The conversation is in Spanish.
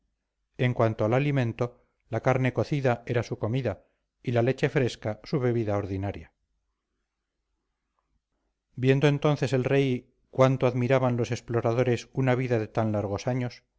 en cuanto al alimento la carne cocida era su comida y la leche fresca su bebida ordinaria viendo entonces el rey cuanto admiraban los exploradores una vida de tan largos años